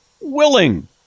willing